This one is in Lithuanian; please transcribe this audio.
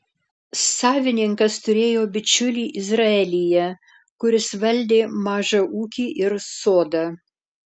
savininkas turėjo bičiulį izraelyje kuris valdė mažą ūkį ir sodą